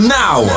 now